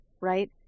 right